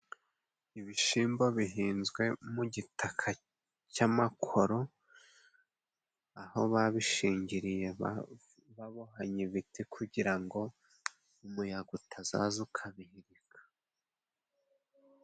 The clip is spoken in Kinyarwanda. Ibishimbo bihinzwe mu gitaka cy'amakoro, aho babishingiriye babohanye ibiti, kugira ngo umuyaga utazaza ukabihirika.